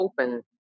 open